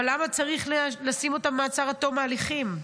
אבל למה צריך לשים אותם במעצר עד תום ההליכים?